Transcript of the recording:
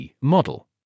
model